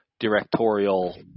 directorial